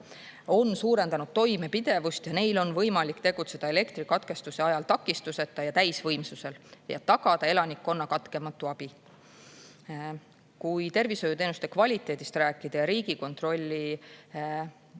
on suurendanud toimepidevust ning neil on võimalik tegutseda elektrikatkestuse ajal takistuseta ja täisvõimsusel ja tagada elanikkonnale katkematu abi. Kui tervishoiuteenuste kvaliteedist rääkida, siis Riigikontrolli hiljuti